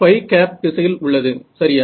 sin திசையில் உள்ளது சரியா